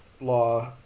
law